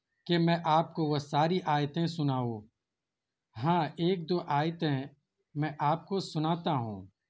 کہ میں آپ کو وہ ساری آیتیں سناؤں ہاں ایک دو آیتیں میں آپ کو سناتا ہوں